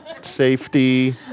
safety